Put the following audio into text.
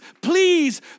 please